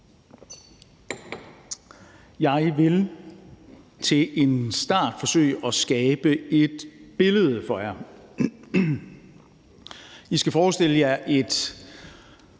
Jeg vil til en start forsøge at skabe et billede for jer. I skal forestille jer et